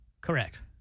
Correct